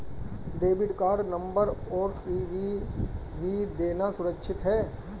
Debit card number और CVV देना सुरक्षित है?